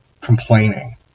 complaining